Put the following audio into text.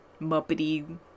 Muppety